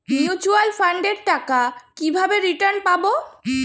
Mutual ফান্ডের টাকা কিভাবে রিটার্ন পাব?